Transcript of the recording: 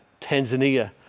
Tanzania